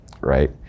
right